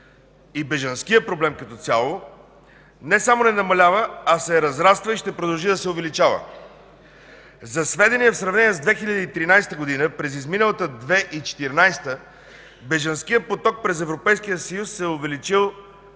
и бежанският проблем като цяло не само не намалява, а се разраства и ще продължи да се увеличава. За сведение в сравнение с 2013 г., през изминалата 2014 г. бежанският поток през Европейския съюз се е увеличил